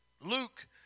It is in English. Luke